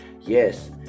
Yes